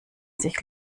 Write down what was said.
sich